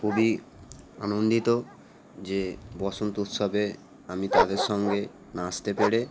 খুবই আনন্দিত যে বসন্ত উৎসবে আমি তাদের সঙ্গে নাচতে পেরে